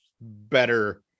better